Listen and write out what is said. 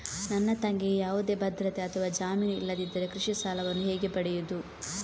ನನ್ನ ತಂಗಿಗೆ ಯಾವುದೇ ಭದ್ರತೆ ಅಥವಾ ಜಾಮೀನು ಇಲ್ಲದಿದ್ದರೆ ಕೃಷಿ ಸಾಲವನ್ನು ಹೇಗೆ ಪಡೆಯುದು?